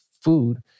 food